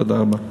תודה רבה.